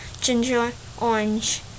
ginger-orange